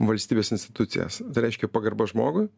valstybės institucijas tai reiškia pagarba žmogui